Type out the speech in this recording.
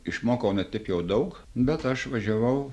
išmokau ne taip jau daug bet aš važiavau